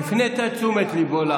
הפנית את תשומת ליבו.